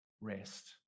rest